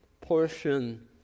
portion